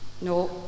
no